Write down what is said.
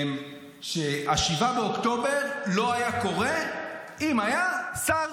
ש-7 באוקטובר לא היה קורה אם היה שר